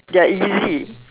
they're easy